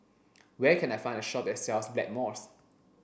where can I find a shop that sells Blackmores